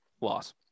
Loss